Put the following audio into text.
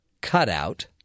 cutout